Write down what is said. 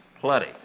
Plenty